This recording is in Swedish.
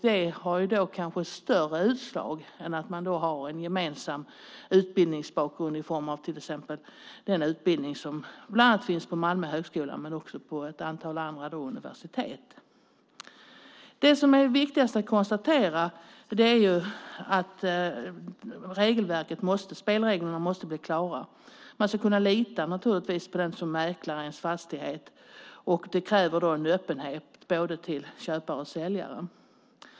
Det har kanske större utslag än en gemensam utbildningsbakgrund i form av den utbildning som bland annat finns på Malmö högskola och på ett antal universitet. Det viktigaste att konstatera är att spelreglerna måste bli klara. Man ska kunna lita på den som mäklar fastigheten, och det kräver en öppenhet hos både köpare och säljare.